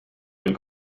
küll